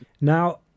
now